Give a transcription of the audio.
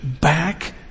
back